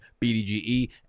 BDGE